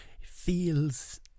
feels